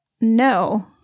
no